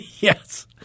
Yes